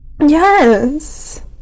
Yes